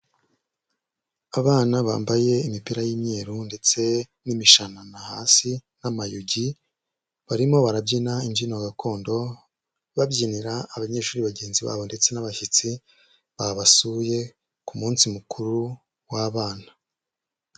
Abana bambaye imipira y'umweru ndetse n'imishanana hasi n'amayugi, barimo barabyina imbyino gakondo, babyinira abanyeshuri bagenzi babo ndetse n'abashyitsi babasuye ku munsi mukuru w'abana.